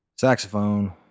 saxophone